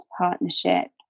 partnership